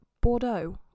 Bordeaux